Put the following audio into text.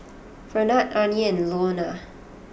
Fernand Arnie and Launa